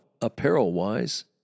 apparel-wise